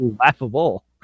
laughable